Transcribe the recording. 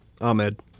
Ahmed